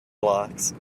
blocks